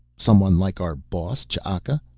someone like our boss ch'aka?